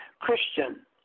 Christian